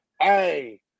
hey